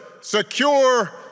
secure